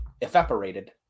evaporated